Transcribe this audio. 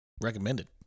recommended